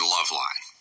Loveline